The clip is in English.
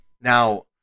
Now